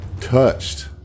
touched